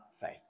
faith